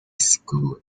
school